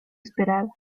esperada